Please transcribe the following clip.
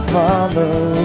follow